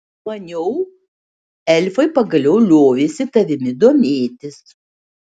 maniau elfai pagaliau liovėsi tavimi domėtis